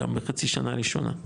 גם בחצי שנה ראשונה,